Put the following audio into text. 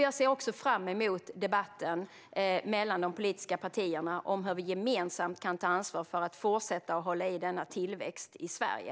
Jag ser också fram emot debatten mellan de politiska partierna om hur vi gemensamt kan ta ansvar för att fortsätta hålla i denna tillväxt i Sverige.